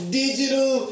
digital